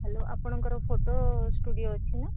hello ଆପଣଙ୍କର photo studio ଅଛି ନା